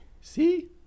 see